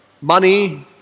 money